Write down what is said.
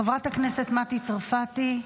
חברת הכנסת מטי צרפתי,